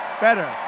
better